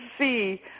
see